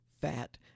fat